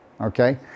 Okay